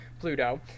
Pluto